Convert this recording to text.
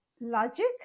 logic